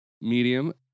medium